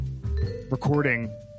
recording